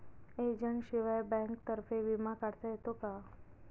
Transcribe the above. एजंटशिवाय बँकेतर्फे विमा काढता येतो का?